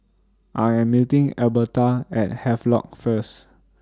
I Am meeting Elberta At Havelock First